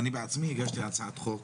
אני בעצמי הגשתי הצעת חוק,